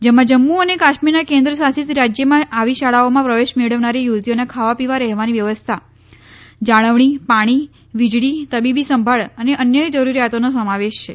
જેમાં જમ્મુ અને કાશ્મીરના કેન્વ્વ શાસિત રાજ્યમાં આવી શાળાઓમાં પ્રવેશ મેળવનારી યુવતીઓની ખાવા પીવા રહેવાની વ્યવસ્થા જાળવણી પાણી વીજળી તબીબી સંભા અને અન્ય જરૂરિયાતોનો સમાવેશ છે